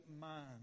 mind